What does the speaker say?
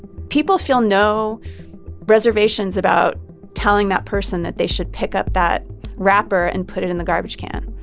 people feel no reservations about telling that person that they should pick up that wrapper and put it in the garbage can.